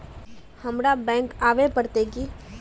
हमरा बैंक आवे पड़ते की?